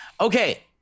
Okay